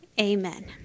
amen